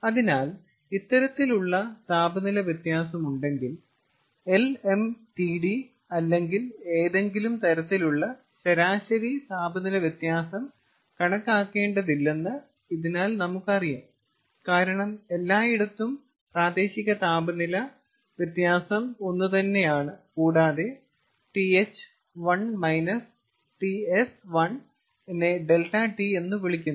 അതിനാൽ ഇത്തരത്തിലുള്ള താപനില വ്യത്യാസം ഉണ്ടെങ്കിൽ LMTD അല്ലെങ്കിൽ ഏതെങ്കിലും തരത്തിലുള്ള ശരാശരി താപനില വ്യത്യാസം കണക്കാക്കേണ്ടതില്ലെന്ന് ഇതിനാൽ നമുക്കറിയാം കാരണം എല്ലായിടത്തും പ്രാദേശിക താപനില വ്യത്യാസം ഒന്നുതന്നെയാണ് കൂടാതെ Th1 Ts1 നെ ∆T എന്ന് വിളിക്കുന്നു